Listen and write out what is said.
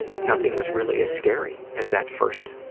nothing was really as scary as that first